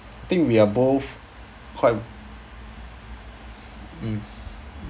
think we are both quite mm